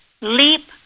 leap